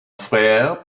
frère